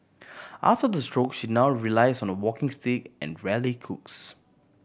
after the stroke she now relies on a walking stick and rarely cooks